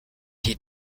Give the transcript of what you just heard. die